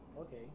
Okay